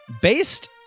Based